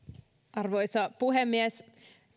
arvoisa puhemies